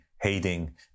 hating